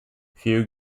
few